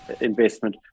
investment